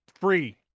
free